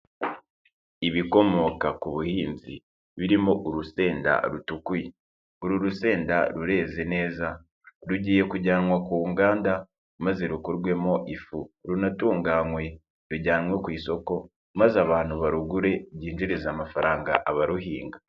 Ibikomoka ku buhinzi birimo urusenda rutukuye, uru rusenda rureze neza, rugiye kujyanwa ku nganda maze rukurwemo ifu, runatunganywe rujyanwa ku isoko maze abantu barugure byinjiriza amafaranga abaruhinga.